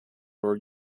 were